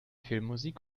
filmmusik